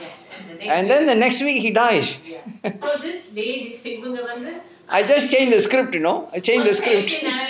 and then the next week he dies ya I just change the script you know I changed the script